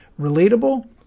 relatable